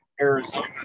Arizona